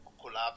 collapse